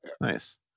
Nice